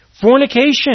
fornication